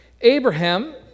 Abraham